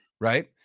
right